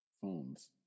phones